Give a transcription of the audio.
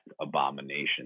abomination